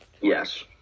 Yes